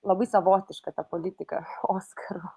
labai savotiška ta politika oskaro